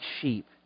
sheep